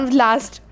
last